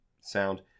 sound